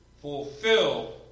fulfill